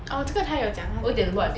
oh 这个他有讲他有